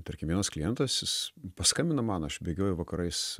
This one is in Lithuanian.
tarkim vienas klientas jis paskambino man aš bėgioju vakarais